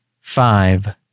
five